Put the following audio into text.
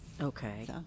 Okay